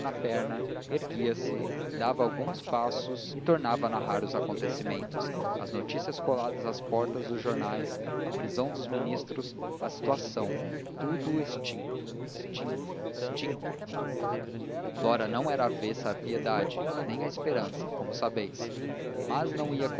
perna erguia-se dava alguns passos e tornava a narrar os acontecimentos as notícias coladas às portas dos jornais a prisão dos ministros a situação tudo extinto extinto extinto flora não era avessa à piedade nem à esperança como sabeis mas não ia